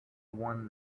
won